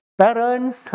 parents